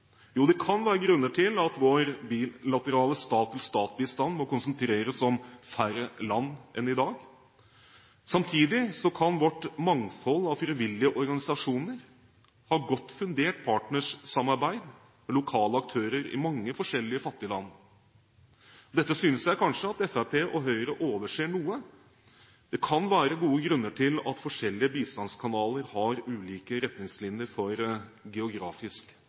Jo, det kan være grunner til at vår bilaterale stat-til-stat-bistand må konsentreres om færre land enn i dag, samtidig kan vårt mangfold av frivillige organisasjoner ha godt fundert partnersamarbeid med lokale aktører i mange forskjellige fattige land. Dette synes jeg kanskje at Fremskrittspartiet og Høyre overser noe. Det kan være gode grunner til at forskjellige bistandskanaler har ulike retningslinjer for geografisk